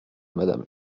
madame